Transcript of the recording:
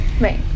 right